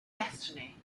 destiny